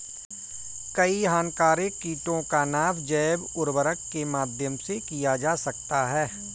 कई हानिकारक कीटों का नाश जैव उर्वरक के माध्यम से किया जा सकता है